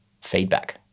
feedback